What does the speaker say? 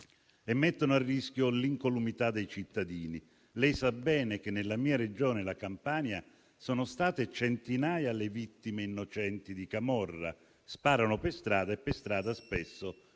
e mettono a rischio l'incolumità dei cittadini. Lei sa bene, Ministro, che nella mia Regione, la Campania, sono state centinaia le vittime innocenti di camorra: sparano per strada e per strada spesso